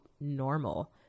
normal